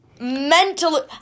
mentally